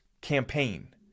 campaign